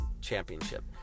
championship